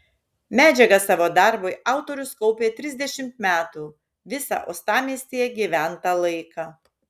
medžiagą savo darbui autorius kaupė trisdešimt metų visą uostamiestyje gyventą laiką